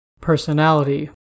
Personality